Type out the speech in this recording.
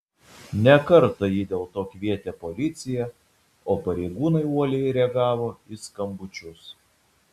ne kartą ji dėl to kvietė policiją o pareigūnai uoliai reagavo į skambučius